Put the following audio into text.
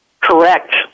correct